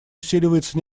усиливается